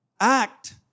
act